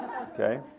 Okay